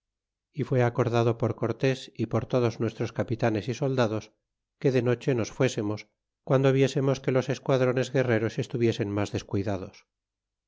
y fue acordado por cortés y por todos nuestros capitanes y soldados que de noche nos fuésemos guando viésemos que los esquadrones guerreros estuviesen mas descuidados